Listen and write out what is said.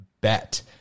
bet